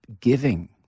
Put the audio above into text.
giving